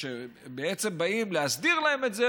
כשבעצם באים להסדיר להם את זה,